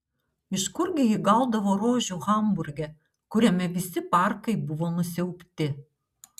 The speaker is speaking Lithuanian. iš kurgi ji gaudavo rožių hamburge kuriame visi parkai buvo nusiaubti